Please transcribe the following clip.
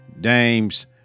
Dame's